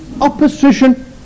opposition